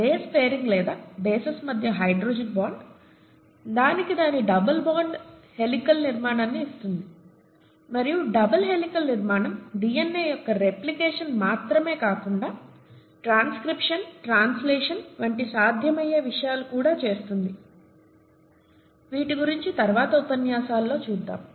base pairing లేదా bases మధ్య hydrogen bond దానికి దాని డబుల్ హెలికల్ నిర్మాణాన్ని ఇస్తుంది మరియు డబుల్ హెలికల్ నిర్మాణం డీఎన్ఏ యొక్క రెప్లికేషన్ మాత్రమే కాకుండా ట్రాన్స్క్రిప్షన్ ట్రాన్స్లేషన్ వంటి సాధ్యమయ్యే విషయాలు కూడా చేస్తుంది వీటి గురించి తరువాత ఉపన్యాసాలలో చూద్దాం